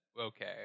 okay